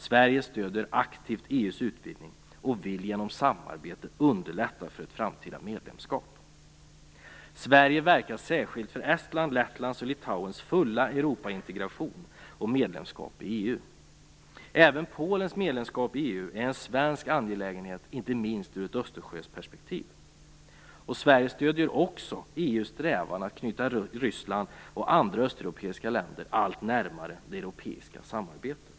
Sverige stöder aktivt EU:s utvidgning och vill genom samarbete underlätta för ett framtida medlemskap. Sverige verkar särskilt för Estlands, Lettlands och Litauens fulla Europaintegration och medlemskap i EU. Även Polens medlemskap i EU är en svensk angelägenhet, inte minst ur ett Östersjöperspektiv. Sverige stöder också EU:s strävan att knyta Ryssland och andra östeuropeiska länder allt närmare det europeiska samarbetet.